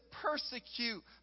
persecute